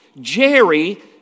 Jerry